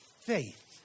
faith